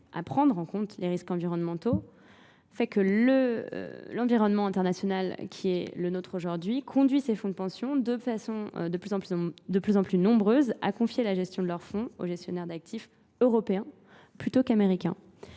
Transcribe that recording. à prendre en compte les risques environnementaux, fait que l'environnement international qui est le notre aujourd'hui conduit ces fonds de pension de plus en plus nombreuses à confier la gestion de leurs fonds aux gestionnaires d'actifs européens. plutôt qu'américains.